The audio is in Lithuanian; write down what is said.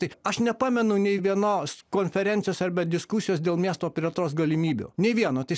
tai aš nepamenu nei vienos konferencijos arba diskusijos dėl miesto plėtros galimybių nei vieno tai